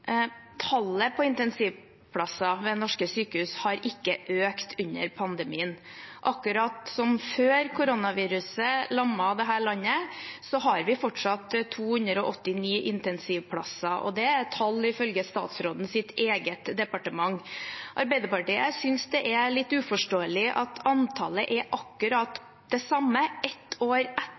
Tallet på intensivplasser ved norske sykehus har ikke økt under pandemien. Akkurat som før koronaviruset lammet dette landet, har vi fortsatt 289 intensivplasser. Det er tall ifølge statsrådens eget departement. Arbeiderpartiet synes det er litt uforståelig at antallet er akkurat det samme ett år